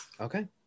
Okay